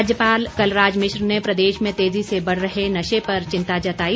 राज्यपाल कलराज मिश्र ने प्रदेश में तेजी से बढ़ रहे नशे पर चिंता जताई